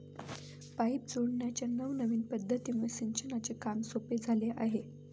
pipe जोडण्याच्या नवनविन पध्दतीमुळे सिंचनाचे काम सोपे झाले आहे